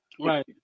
Right